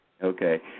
Okay